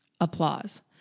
applause